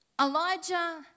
Elijah